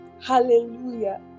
hallelujah